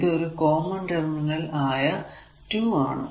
ഇത് ഒരു common terminal ആയ 2 ആണ്